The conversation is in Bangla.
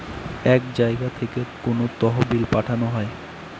এক জায়গা থেকে কোনো তহবিল পাঠানো হয়